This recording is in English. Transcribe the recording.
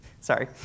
sorry